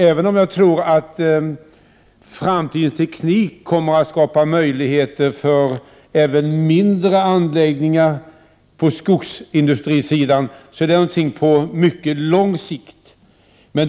Även om jag tror att framtidens teknik kommer att skapa möjligheter för även mindre anläggningar på skogsindustrisidan, är detta någonting på mycket lång sikt.